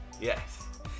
Yes